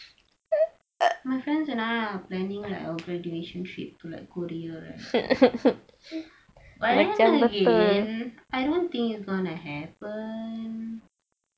my friends and I are planning like a graduation trip to like korea right but then again I don't think it gonna happen